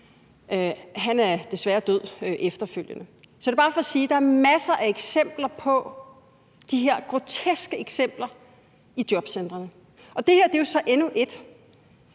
Han er desværre død efterfølgende. Det er bare for at sige, at der er masser af de her groteske eksempler i jobcentrene, og det her er jo så endnu et